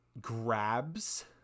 grabs